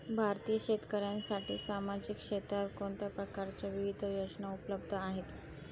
भारतीय शेतकऱ्यांसाठी सामाजिक क्षेत्रात कोणत्या प्रकारच्या विविध योजना उपलब्ध आहेत?